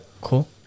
Cool